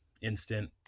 instant